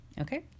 okay